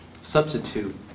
substitute